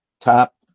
top